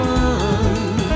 one